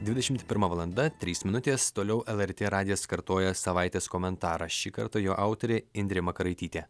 dvidešimt pirma valanda trys minutės toliau lrt radijas kartoja savaitės komentarą šį kartą jo autorė indrė makaraitytė